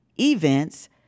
events